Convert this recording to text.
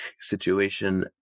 situation